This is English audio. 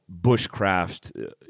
bushcraft